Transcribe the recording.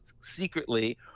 secretly